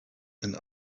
and